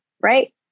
Right